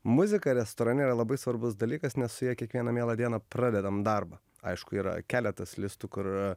muzika restorane yra labai svarbus dalykas nes su ja kiekvieną mielą dieną pradedam darbą aišku yra keletas listų kur